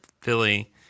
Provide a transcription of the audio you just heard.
Philly